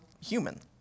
human